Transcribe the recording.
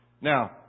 Now